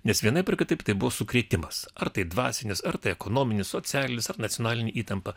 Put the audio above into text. nes vienaip ar kitaip tai buvo sukrėtimas ar tai dvasinis ar tai ekonominis socialinis ar nacionalinė įtampa